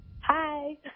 hi